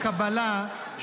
לפי הקבלה,